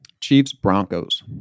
Chiefs-Broncos